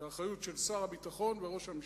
זה אחריות של שר הביטחון וראש הממשלה.